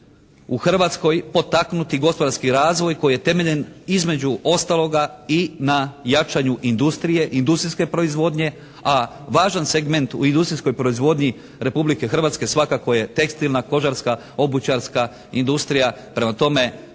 u Hrvatskoj potaknuti gospodarski razvoj koji je temeljem između ostaloga i na jačanju industrije, industrijske proizvodnje a važan segment u industrijskoj proizvodnji Republike Hrvatske svakako je tekstilna, kožarska, obućarska industrija. Prema tome,